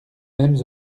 mêmes